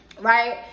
Right